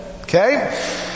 okay